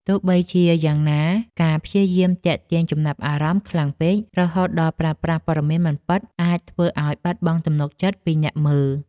ទោះជាយ៉ាងណា ការព្យាយាមទាក់ទាញចំណាប់អារម្មណ៍ខ្លាំងពេក រហូតដល់ប្រើប្រាស់ព័ត៌មានមិនពិត អាចធ្វើឱ្យបាត់បង់ទំនុកចិត្តពីអ្នកមើល។